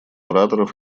ораторов